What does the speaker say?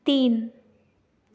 तीन